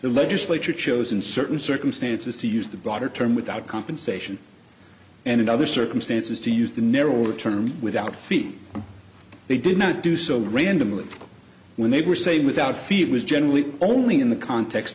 legislature chose in certain circumstances to use the broader term without compensation and in other circumstances to use the narrower term without feet they did not do so randomly when they were say without feet was generally only in the context